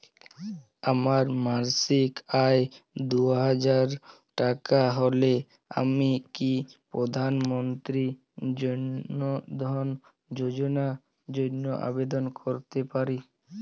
আমার মাসিক আয় দুহাজার টাকা হলে আমি কি প্রধান মন্ত্রী জন ধন যোজনার জন্য আবেদন করতে পারি?